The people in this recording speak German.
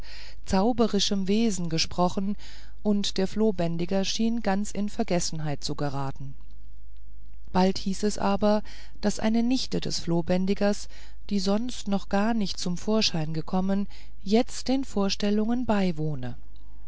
zauberischem wesen gesprochen und der flohbändiger schien ganz in vergessenheit zu geraten bald hieß es aber daß eine nichte des flohbändigers die sonst noch gar nicht zum vorschein gekommen jetzt den vorstellungen beiwohne